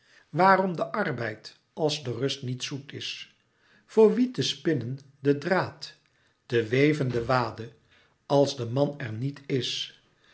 waarom de arbeid als de rust niet zoet is voor wie te spinnen den draad te weven de wade als de man er niet is